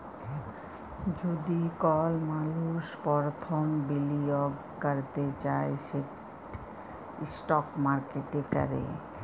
যদি কল মালুস পরথম বিলিয়গ ক্যরতে চায় সেট ইস্টক মার্কেটে ক্যরে